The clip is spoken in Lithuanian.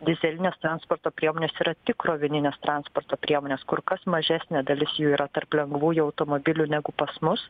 dyzelinės transporto priemonės yra tik krovininės transporto priemonės kur kas mažesnė dalis jų yra tarp lengvųjų automobilių negu pas mus